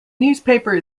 newspaper